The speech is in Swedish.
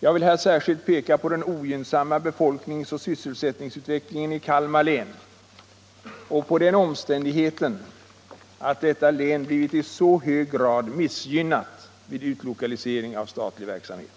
Jag vill här särskilt peka på den ogynnsamma befolkningsoch sysselsättningsutvecklingen i Kalmar län och på den omständigheten att detta län blivit i så hög grad missgynnat vid utlokalisering av statlig verksamhet.